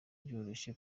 byoroshye